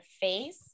face